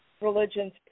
religions